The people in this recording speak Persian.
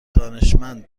دانشمند